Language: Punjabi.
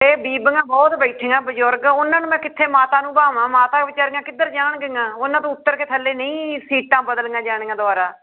ਅਤੇ ਬੀਬੀਆਂ ਬਹੁਤ ਬੈਠੀਆਂ ਬਜ਼ੁਰਗ ਉਹਨਾਂ ਨੂੰ ਮੈਂ ਕਿੱਥੇ ਮਾਤਾ ਨੂੰ ਬਿਠਾਵਾਂ ਮਾਤਾ ਵਿਚਾਰੀਆਂ ਕਿੱਧਰ ਜਾਣਗੀਆਂ ਉਹਨਾਂ ਤੋਂ ਉੱਤਰ ਕੇ ਥੱਲੇ ਨਹੀਂ ਸੀਟਾਂ ਬਦਲੀਆਂ ਜਾਣੀਆਂ ਦੁਆਰਾ